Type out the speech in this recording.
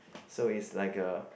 so is like a